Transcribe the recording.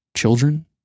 children